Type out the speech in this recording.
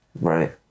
Right